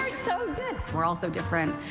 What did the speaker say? we're so good! we're all so different.